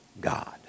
God